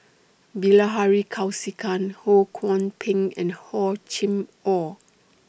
Bilahari Kausikan Ho Kwon Ping and Hor Chim Or